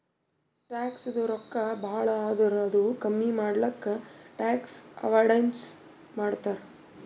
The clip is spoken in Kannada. ಟ್ಯಾಕ್ಸದು ರೊಕ್ಕಾ ಭಾಳ ಆದುರ್ ಅದು ಕಮ್ಮಿ ಮಾಡ್ಲಕ್ ಟ್ಯಾಕ್ಸ್ ಅವೈಡನ್ಸ್ ಮಾಡ್ತಾರ್